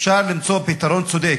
אפשר למצוא פתרון צודק.